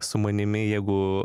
su manimi jeigu